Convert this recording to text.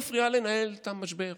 הכנסת מפריעה לנהל את המשבר.